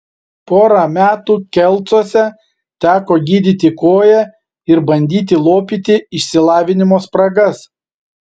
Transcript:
porą metų kelcuose teko gydyti koją ir bandyti lopyti išsilavinimo spragas